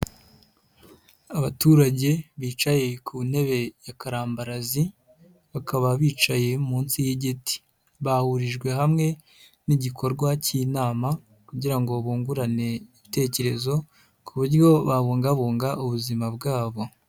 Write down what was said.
Abaturage bicaye ku ntebe ya karambarazi, bakaba bicaye munsi y'igiti. Bahurijwe hamwe n'igikorwa cy'inama kugira ngo bungurane ibitekerezo ku buryo babungabunga ubuzima bwabo.